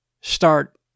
start